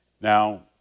Now